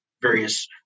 various